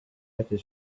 better